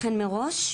מראש,